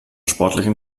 sportlichen